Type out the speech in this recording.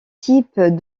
types